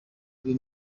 uyu